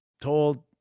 told